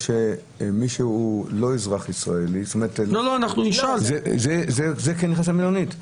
שמי שהוא לא אזרח ישראלי, נכנס למלונית?